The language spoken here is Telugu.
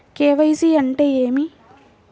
కే.వై.సి అంటే ఏమి?